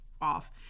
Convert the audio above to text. off